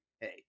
hey